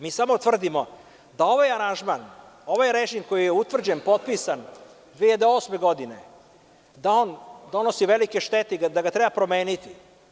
Mi samo tvrdimo da ovaj aranžman, ovaj režim koji je utvrđen, potpisan 2008. godine, da on donosi velike štete i da ga treba promeniti.